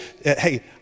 hey